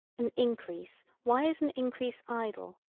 an increase why is an increase idle,